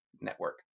Network